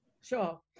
Sure